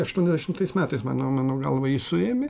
aštuoniasdešimtais metais mano mano galva jį suėmė